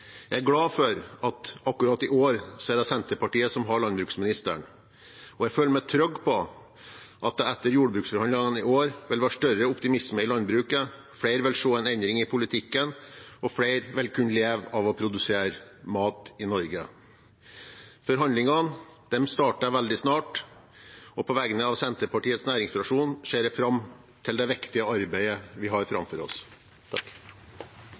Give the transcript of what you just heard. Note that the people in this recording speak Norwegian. Jeg er glad for at det akkurat i år er Senterpartiet som har landbruksministeren, og jeg føler meg trygg på at det etter jordbruksforhandlingene i år vil være større optimisme i landbruket. Flere vil se en endring i politikken, og flere vil kunne leve av å produsere mat i Norge. Forhandlingene starter veldig snart, og på vegne av Senterpartiets næringsfraksjon ser jeg fram til det viktige arbeidet vi har foran oss.